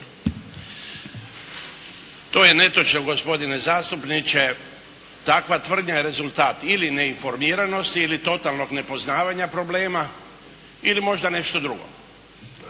To je netočno gospodine zastupniče! Takva tvrdnja je rezultat ili neinformiranosti ili totalnog nepoznavanja problema ili možda nešto drugo.